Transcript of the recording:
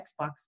Xbox